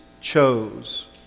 chose